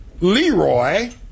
Leroy